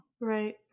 Right